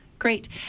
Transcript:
Great